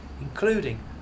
including